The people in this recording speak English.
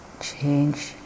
change